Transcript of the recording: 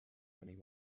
and